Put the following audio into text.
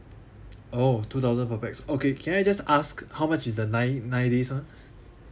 oh two thousand per pax okay can I just ask how much is the nine nine days [one]